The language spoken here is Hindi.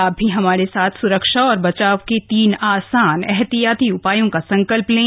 आप भी हमारे साथ सुरक्षा और बचाव के तीन आसान एहतियाती उपायों का संकल्प लें